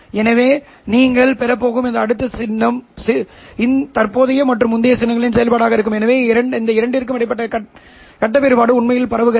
எனவே நீங்கள் பெறப் போகும் அடுத்த சின்னம் தற்போதைய மற்றும் முந்தைய சின்னங்களின் செயல்பாடாக இருக்கும் எனவே அந்த இரண்டிற்கும் இடையிலான கட்ட வேறுபாடு உண்மையில் பரவுகிறது